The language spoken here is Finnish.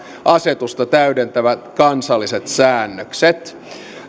asetusta täydentävät kansalliset säännökset